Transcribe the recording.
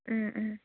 ꯎꯝꯎꯝ